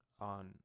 on